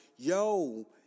Yo